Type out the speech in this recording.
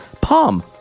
Palm